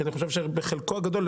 כי אני חושב שבחלקו הגדול,